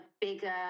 bigger